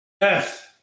Yes